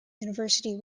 university